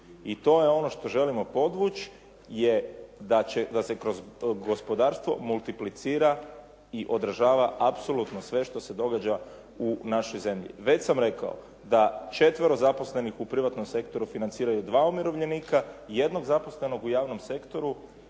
I to je ono što želimo podvući da se kroz gospodarstvo multiplicira i održava apsolutno sve što se događa u našoj zemlji. Već sam rekao da 4 zaposlenih u privatnom sektoru financiraju 2 umirovljenika, jednog zaposlenog u javnom sektoru